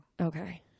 Okay